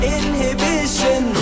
inhibition